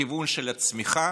הכיוון של הצמיחה,